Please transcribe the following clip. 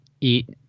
eat